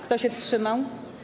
Kto się wstrzymał?